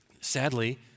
Sadly